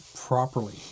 properly